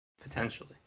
Potentially